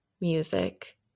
music